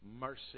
mercy